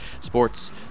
sports